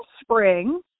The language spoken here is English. spring